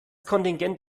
kontingent